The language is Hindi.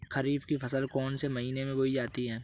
खरीफ की फसल कौन से महीने में बोई जाती है?